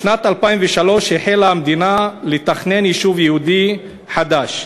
בשנת 2003 החלה המדינה לתכנן יישוב יהודי חדש,